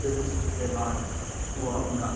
پھر اس کے بعد وہ اپنا